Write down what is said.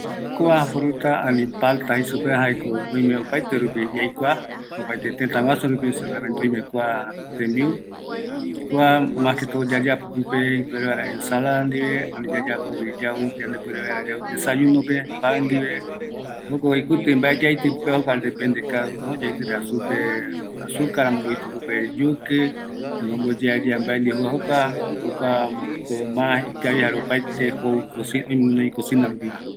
﻿Kua fruta ani palta jei supeva jaeko öime opaete rupi yaikua, opaete tëtaguasurupi seguramente oime kua tembiu, kua mas que todo yayapo pipe ipuere vaera enselada ndie ani yayapovi yau yande puere vaera yau desayunope pan dive, jokogui kuti mbae yaiti pipeva depende cada uno, yaitita pipe azucar, amöguë oiti pipe yuki, ani omboyeayea mbae ndie jouva jokua jokuako ma ikavi jare opaete jou cosi oime guinoi cosinarupiva